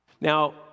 Now